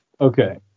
Okay